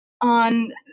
on